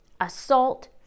assault